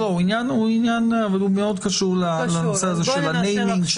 הוא מאוד קשור לנושא של הניימינג,